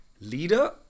leader